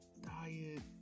diet